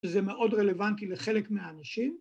‫וזה מאוד רלוונטי לחלק מהאנשים.